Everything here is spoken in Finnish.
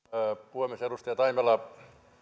puhemies edustaja taimelan